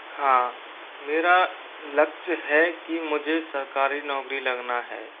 हां मेरा लक्ष्य है कि मुझे सरकारी नौकरी लगना है